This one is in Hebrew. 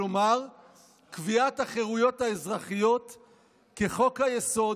כלומר "קביעת החירויות האזרחיות כ'חוק-יסוד'